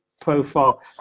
profile